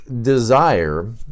desire